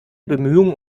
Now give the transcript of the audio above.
bemühungen